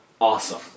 awesome